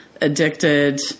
addicted